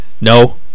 no